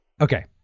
Okay